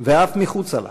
ואף מחוצה לה.